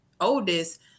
oldest